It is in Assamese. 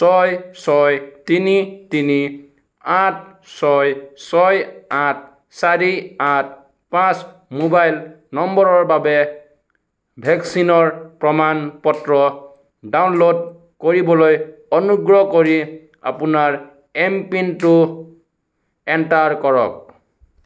ছয় ছয় তিনি তিনি আঠ ছয় ছয় আঠ চাৰি আঠ পাঁচ মোবাইল নম্বৰৰ বাবে ভেকচিনৰ প্ৰমাণ পত্ৰ ডাউনল'ড কৰিবলৈ অনুগ্ৰহ কৰি আপোনাৰ এমপিনটো এণ্টাৰ কৰক